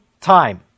time